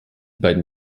beiden